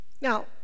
Now